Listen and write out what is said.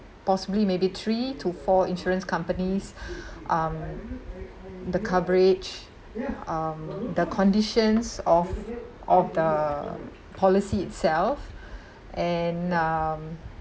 possibly maybe three to four insurance companies um the coverage um the conditions of of the policy itself and um